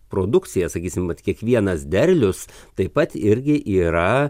produkcija sakysim vat kiekvienas derlius taip pat irgi yra